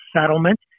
settlement